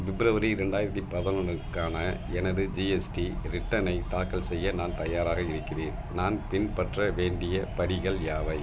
February ரெண்டாயிரத்தி பதனொன்றுக்கான எனது ஜிஎஸ்டி ரிட்டர்னை தாக்கல் செய்ய நான் தயாராக இருக்கிறேன் நான் பின்பற்ற வேண்டிய படிகள் யாவை